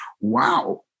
Wow